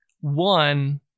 one